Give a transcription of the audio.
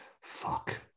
Fuck